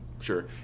sure